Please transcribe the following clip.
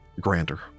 grander